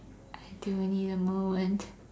I do need a moment